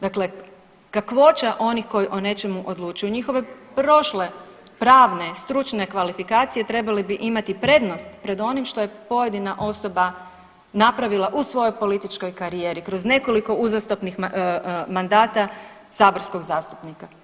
Dakle, kakvoća onih koji o nečemu odlučuju njihove prošle pravne, stručne kvalifikacije trebale bi imati prednost pred onim što je pojedina osoba napravila u svojoj političkoj karijeri kroz nekoliko uzastopnih mandata saborskog zastupnika.